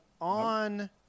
on